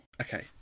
Okay